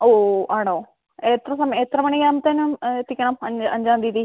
ഓ ആണോ എത്ര സമയം എത്ര മണി ആകുമ്പത്തേനും എത്തിക്കണം അഞ്ച് അഞ്ചാം തീയതി